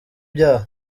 ibyaha